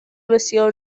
بسیار